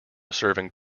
serving